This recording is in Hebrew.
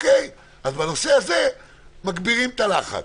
בסדר, אז בנושא הזה מגבירים את הלחץ.